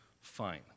fine